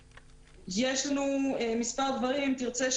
יש לנו מספר דברים ואם תרצה,